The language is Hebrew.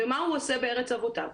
ומה הוא עושה בארץ אבותיו?